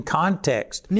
context